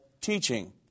teaching